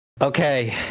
Okay